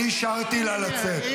אני הרשיתי לה לצאת.